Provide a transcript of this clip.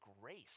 grace